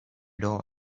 dawn